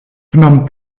phnom